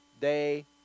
day